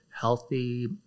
healthy